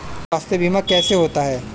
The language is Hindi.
स्वास्थ्य बीमा कैसे होता है?